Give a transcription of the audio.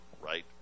right